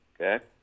Okay